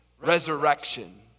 resurrection